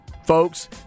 Folks